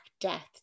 Death